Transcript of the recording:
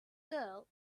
girl